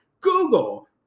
Google